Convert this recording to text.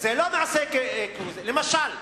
למשל,